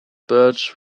birch